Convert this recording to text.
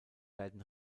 werden